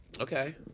Okay